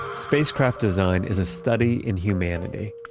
spacecraft design is a study in humanity.